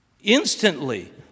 Instantly